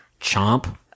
Chomp